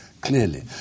clearly